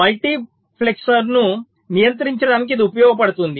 మల్టీప్లెక్సర్ను నియంత్రించడానికి ఇది ఉపయోగపడుతుంది